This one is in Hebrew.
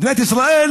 מדינת ישראל